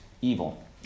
evil